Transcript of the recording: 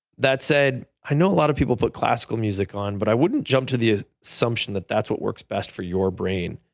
that said, i know a lot of people put classical music on but i wouldn't jump to the ah assumption that that's what works best for your brain.